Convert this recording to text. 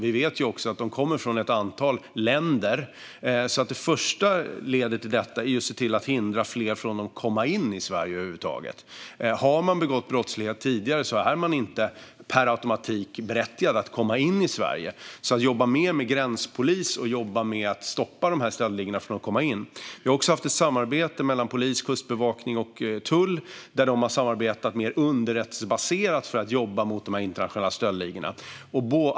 Vi vet också att de kommer från ett antal länder, så det första ledet i detta är att se till att hindra fler från att komma in i Sverige över huvud taget. Har man begått brott tidigare är man inte per automatik berättigad att komma in i Sverige. Det handlar alltså om att jobba mer med gränspolis och om att stoppa stöldligorna från att komma in. Vi har också haft ett samarbete mellan polis, kustbevakning och tull där de har samarbetat mer underrättelsebaserat för att jobba mot dessa internationella stöldligor.